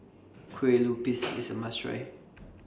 Kue Lupis IS A must Try